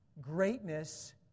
Greatness